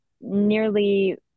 nearly